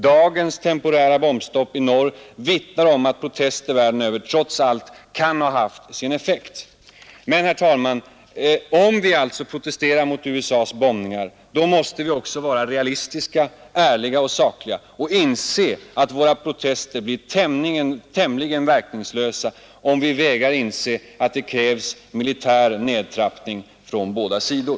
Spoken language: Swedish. Dagens temporära bombstopp i norr vittnar om att protester världen över trots allt kan ha haft en effekt. Men, herr talman, om vi protesterar mot USA:s bombningar måste vi vara realistiska, ärliga och sakliga och inse att våra protester blir tämligen verkningslösa om vi vägrar att inse att det krävs militär nedtrappning från båda sidor.